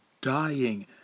dying